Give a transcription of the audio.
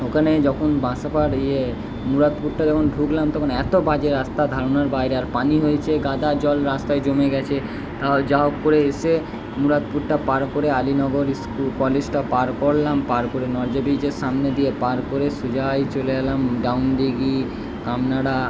ওখানেই যখন বাঁসাপাড়ার ইয়ে মুরাদপুরটা যখন ঢুকলাম তখন এতো বাজে রাস্তা ধারণার বাইরে আর পানি হয়েছে কাদা জল রাস্তায় জমে গেছে তাও যা হোক করে এসে মুরাদপুরটা পার করে আলিনগর ইস্কু কলেজটা পার করলাম পার করে নজো ব্রিজের সামনে দিয়ে পার করে সোজাই চলে এলাম দাউন দিঘি কামনাড়া